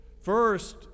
First